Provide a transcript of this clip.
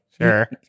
Sure